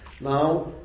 Now